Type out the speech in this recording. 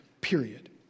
period